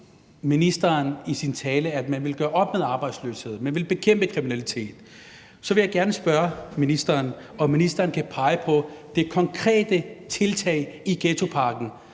ministeren i sin tale, at man vil gøre op med arbejdsløshed, og at man vil bekæmpe kriminalitet. Så vil jeg gerne spørge ministeren, om ministeren kan pege på det konkrete tiltag i ghettopakken,